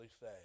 say